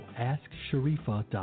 AskSharifa.com